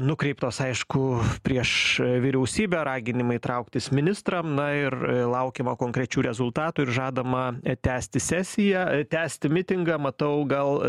nukreiptos aišku prieš vyriausybę raginimai trauktis ministram na ir laukiama konkrečių rezultatų ir žadama tęsti sesiją tęsti mitingą matau gal